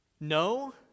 No